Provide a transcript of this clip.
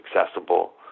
accessible